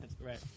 Right